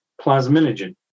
plasminogen